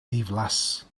ddiflas